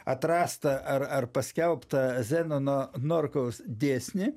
atrastą ar ar paskelbtą zenono norkaus dėsnį